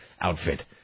outfit